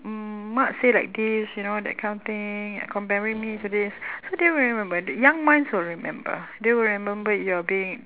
mak say like this you know that kind of thing comparing me to this so they remember the young ones will remember they will remember you are being